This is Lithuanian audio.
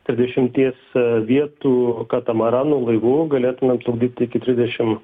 trisdešimties vietų katamaranu laivu galėtumėm plukdyt iki trisdešimt